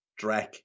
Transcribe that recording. Drek